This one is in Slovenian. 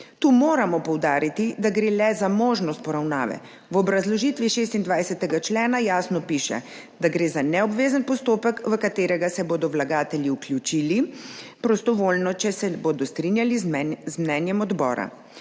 Tu moramo poudariti, da gre le za možnost poravnave. V obrazložitvi 26. člena jasno piše, da gre za neobvezen postopek, v katerega se bodo vlagatelji vključili prostovoljno, če se bodo strinjali z mnenjem odbora.